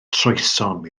troesom